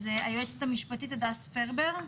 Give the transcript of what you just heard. היועצת המשפטית הדס פרבר,